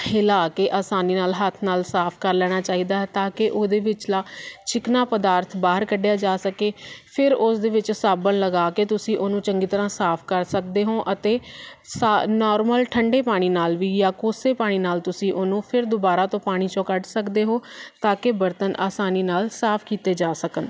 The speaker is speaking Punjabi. ਹਿਲਾ ਕੇ ਆਸਾਨੀ ਨਾਲ ਹੱਥ ਨਾਲ ਸਾਫ ਕਰ ਲੈਣਾ ਚਾਹੀਦਾ ਤਾਂ ਕਿ ਉਹਦੇ ਵਿਚਲਾ ਚਿਕਣਾ ਪਦਾਰਥ ਬਾਹਰ ਕੱਢਿਆ ਜਾ ਸਕੇ ਫਿਰ ਉਸ ਦੇ ਵਿੱਚ ਸਾਬਣ ਲਗਾ ਕੇ ਤੁਸੀਂ ਉਹਨੂੰ ਚੰਗੀ ਤਰ੍ਹਾਂ ਸਾਫ ਕਰ ਸਕਦੇ ਹੋ ਅਤੇ ਸ ਨਾਰਮਲ ਠੰਡੇ ਪਾਣੀ ਨਾਲ ਵੀ ਜਾਂ ਕੋਸੇ ਪਾਣੀ ਨਾਲ ਤੁਸੀਂ ਉਹਨੂੰ ਫਿਰ ਦੁਬਾਰਾ ਤੋਂ ਪਾਣੀ 'ਚੋਂ ਕੱਢ ਸਕਦੇ ਹੋ ਤਾਂ ਕਿ ਬਰਤਨ ਆਸਾਨੀ ਨਾਲ ਸਾਫ ਕੀਤੇ ਜਾ ਸਕਣ